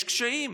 יש קשיים.